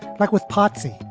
like with pottsy,